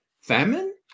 famine